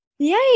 Yay